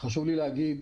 חשוב לי להגיד,